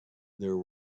there